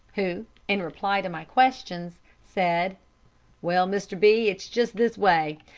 who, in reply to my questions, said well, mr. b, it's just this way.